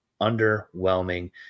underwhelming